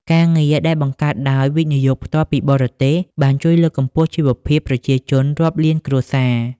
ការងារដែលបង្កើតដោយ វិនិយោគផ្ទាល់ពីបរទេស បានជួយលើកកម្ពស់ជីវភាពប្រជាជនរាប់លានគ្រួសារ។